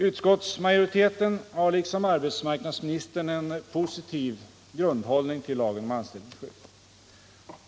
Utskottsmajoriteten har liksom arbetsmarknadsministern en positiv grundinställning till lagen om anställningsskydd.